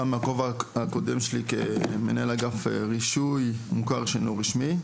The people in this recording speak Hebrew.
גם בכובע הקודם שלי כמנהל אגף רישוי מוכר שאינו רשמי,